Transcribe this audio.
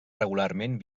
regularment